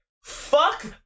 Fuck